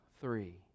three